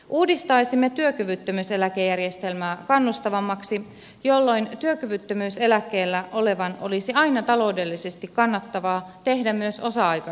uudistaisimme työkyvyttömyyseläkejärjestelmää kannustavammaksi jolloin työkyvyttömyyseläkkeellä olevan olisi aina taloudellisesti kannattavaa tehdä myös osa aikaista työtä